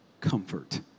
comfort